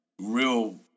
real